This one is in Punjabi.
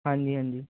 ਹਾਂਜੀ ਹਾਂਜੀ